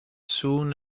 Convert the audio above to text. soon